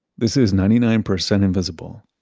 this is ninety nine percent invisible.